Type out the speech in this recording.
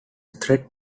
threat